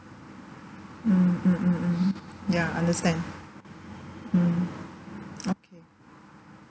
mm mm mm mm ya understand mm okay